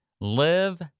live